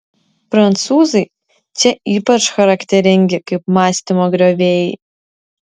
prancūzai čia ypač charakteringi kaip mąstymo griovėjai